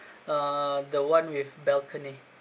uh the one with balcony